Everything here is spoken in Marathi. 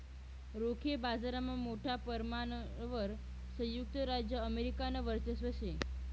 रोखे बाजारमा मोठा परमाणवर संयुक्त राज्य अमेरिकानं वर्चस्व शे